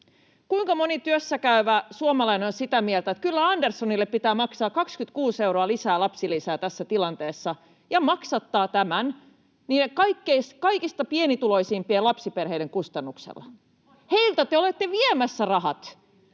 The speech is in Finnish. Kuinka moni työssäkäyvä suomalainen on sitä mieltä, että kyllä Anderssonille pitää maksaa 26 euroa lisää lapsilisää tässä tilanteessa ja maksattaa tämä niiden kaikista pienituloisimpien lapsiperheiden kustannuksella? Heiltä te olette viemässä rahat,